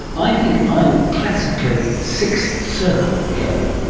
i think i'm classically sixth circle hell,